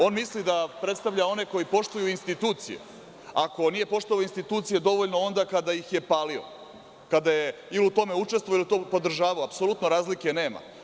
On misli da predstavlja one koji poštuju institucije, a nije poštovao institucije dovoljno onda kada ih je palio, kada je ili u tome učestvovao ili to podržavao, a razlike nema?